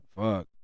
Fuck